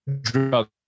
drug